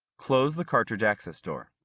close the cartridge access door.